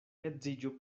edziĝu